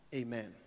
amen